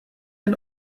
jen